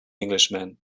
englishman